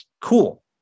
Cool